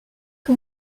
que